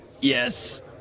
Yes